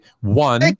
One